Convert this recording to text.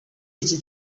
iki